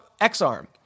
x-arm